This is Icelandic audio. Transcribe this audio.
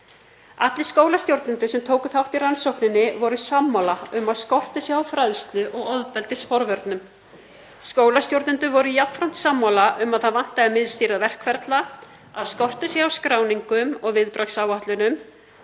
Allir skólastjórnendur sem tóku þátt í rannsókninni voru sammála um að skortur sé á fræðslu og ofbeldisforvörnum. Skólastjórnendur voru jafnframt sammála um að það vantaði miðstýrða verkferla, að skortur sé á skráningum og viðbragðsáætlunum.